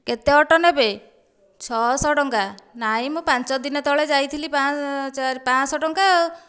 କେତେ ଅଟୋ ନେବେ ଛଅଶହ ଟଙ୍କା ନାହିଁମ ପାଞ୍ଚଦିନ ତଳେ ଯାଇଥିଲି ପାଞ୍ଚଶହ ଟଙ୍କା